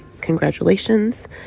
congratulations